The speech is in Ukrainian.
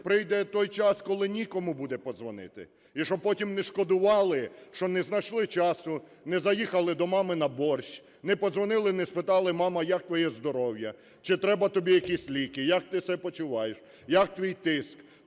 прийде той час, коли нікому буде подзвонити, і щоб потім не шкодували, що не знайшли часу, не заїхали до мами на борщ, не подзвонили, не спитали: "Мама, як твоє здоров'я? Чи треба тобі якісь ліки? Як ти себе почуваєш? Як твій тиск?"